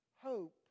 Hope